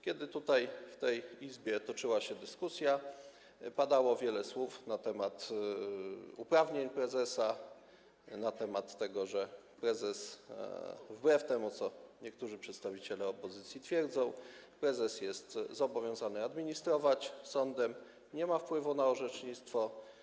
Kiedy tutaj, w tej Izbie toczyła się dyskusja, padało wiele słów na temat uprawnień prezesa, na temat tego, że prezes - wbrew temu, co twierdzą niektórzy przedstawiciele opozycji - jest zobowiązany administrować sądem, nie ma wpływu na orzecznictwo.